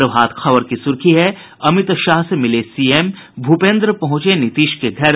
प्रभात खबर की सुर्खी है अमित शाह से मिले सीएम भूपेन्द्र पहुंचे नीतीश के घर